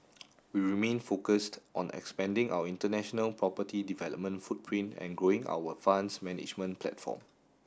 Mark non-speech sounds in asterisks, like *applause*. *noise* we remain focused on expanding our international property development footprint and growing our funds management platform